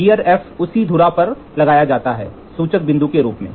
gear F उसी धुरा पर लगाया जाता है सूचक बिंदु के रूप में